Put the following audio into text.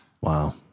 Wow